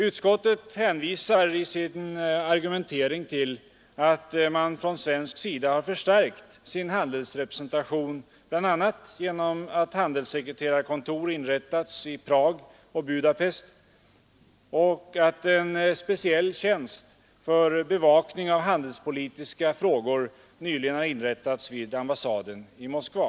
Utskottet hänvisar i sin argumentering till att man från svensk sida har förstärkt handelsrepresentationen bl.a. genom att handelssekreterarekontor inrättats i Prag och Budapest samt genom att en speciell tjänst för bevakning av handelspolitiska frågor nyligen har inrättats vid ambassaden i Moskva.